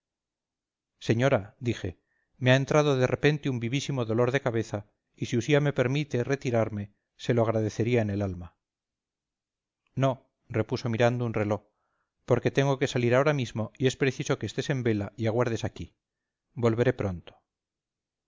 señora dije me ha entrado de repente un vivísimo dolor de cabeza y si usía me permitiera retirarme se lo agradecería en el alma no repuso mirando un reló porque tengo que salir ahora mismo y es preciso que estés en vela y aguardes aquí volveré pronto